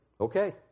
okay